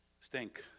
stink